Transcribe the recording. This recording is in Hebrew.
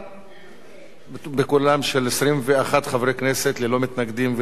בקולם של 21 חברי כנסת, ללא מתנגדים וללא נמנעים.